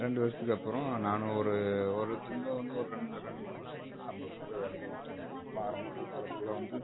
ரெண்டு வருஷத்துக்கு அப்புறம் நானும் ஒரு ஒரு திரும்ப வந்து ஒரு ரெண்டு ரெண்டு மூணு வருஷம் வந்து சம்பளத்துக்கு தான் வேலைக்கு போய்ட்டுருந்தேன் அப்போ ஆரம்பத்தில் போகிறப்பல்லாம் வந்து